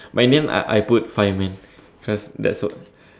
but in the end I I put fireman cause that's what